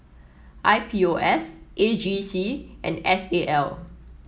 I P O S A G C and S A L